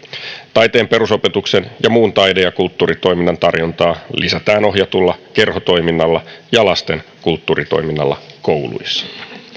taiteen perusopetuksen ja muun taide ja kulttuuritoiminnan tarjontaa lisätään ohjatulla kerhotoiminnalla ja lasten kulttuuritoiminnalla kouluissa